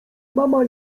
mama